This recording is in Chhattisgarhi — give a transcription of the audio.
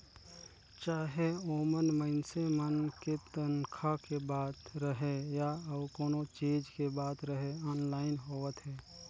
चाहे ओमन मइनसे मन के तनखा के बात रहें या अउ कोनो चीच के बात रहे आनलाईन होवत हे